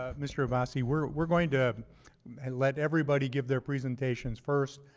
ah mr. abassi. we're we're going to let everybody give their presentations first,